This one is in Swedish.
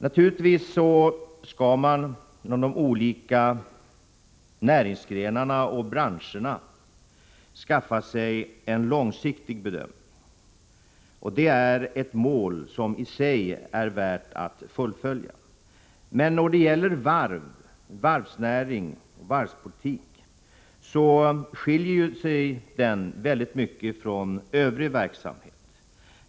Naturligtvis skall man inom de olika näringsgrenarna och branscherna göra en långsiktig bedömning. Det är ett mål som det är värt att försöka uppnå. Men varv, varvsnäring och varvspolitik skiljer sig mycket från övrig verksamhet.